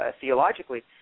theologically